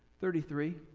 thirty three.